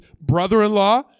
brother-in-law